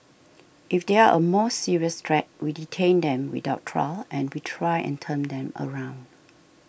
if they are a more serious threat we detain them without trial and we try and turn them around